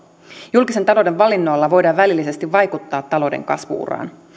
julkisen talouden valinnoilla voidaan välillisesti vaikuttaa talouden kasvu uraan